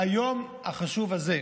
היום החשוב הזה.